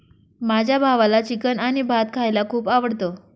माझ्या भावाला चिकन आणि भात खायला खूप आवडतं